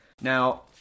now